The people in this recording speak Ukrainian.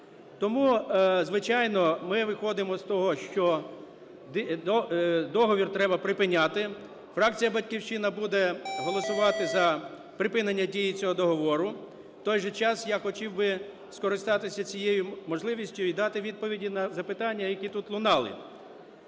Тому, звичайно, ми виходимо з того, що договір треба припиняти. Фракція "Батьківщина" буде голосувати за припинення дії цього договору. В той же час я хотів би скористатися цією можливістю і дати відповіді на запитання, які тут лунали.